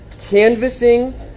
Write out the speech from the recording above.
canvassing